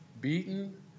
beaten